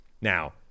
Now